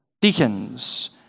deacons